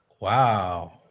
Wow